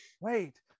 wait